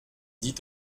dit